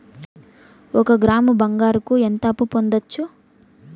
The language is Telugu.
ఒక గ్రాము బంగారంకు ఎంత అప్పు పొందొచ్చు